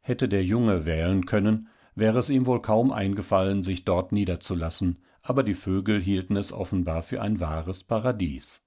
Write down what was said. hätte der junge wählen können wäre es ihm wohl kaum eingefallen sichdortniederzulassen aberdievögelhieltenesoffenbarfürein wahres paradies